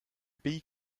pays